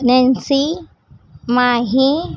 Nancy Mahi